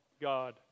God